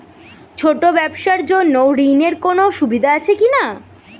ছোট ব্যবসার জন্য ঋণ এর কোন সুযোগ আছে কি না?